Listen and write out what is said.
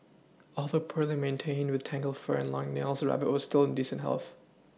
although poorly maintained with tangled fur and long nails the rabbit was still in decent health